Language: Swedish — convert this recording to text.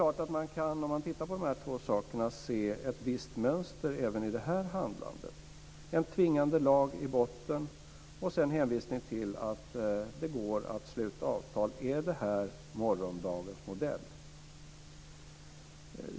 Om man tittar på dessa två saker är det klart att man kan se ett visst mönster även i detta handlande - en tvingande lag i botten och sedan hänvisning till att det går att sluta avtal. Är detta morgondagens modell?